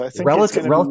Relative